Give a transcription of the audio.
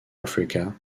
africa